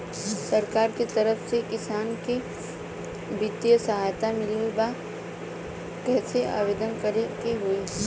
सरकार के तरफ से किसान के बितिय सहायता मिलत बा कइसे आवेदन करे के होई?